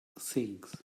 things